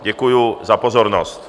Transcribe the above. Děkuji za pozornost.